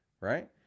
right